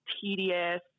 tedious